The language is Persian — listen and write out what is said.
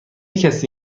کسی